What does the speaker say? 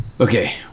Okay